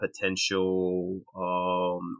potential